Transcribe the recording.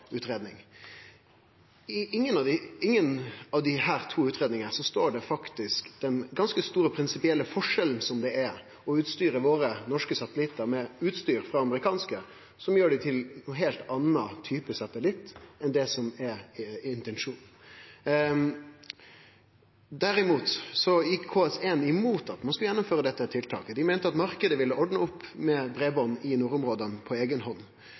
av desse to utgreiingane står det om den ganske store prinsipielle forskjellen det er å utstyre våre norske satellittar med utstyr frå amerikanske, som gjer det til ein heilt annan type satellitt enn det som er intensjonen. Derimot gjekk KS1 imot at ein skulle gjennomføre dette tiltaket. Dei meinte at marknaden ville ordne opp med breiband i nordområda på eiga hand,